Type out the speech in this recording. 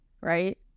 right